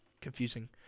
Confusing